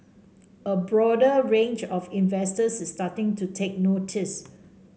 a broader range of investors is starting to take notice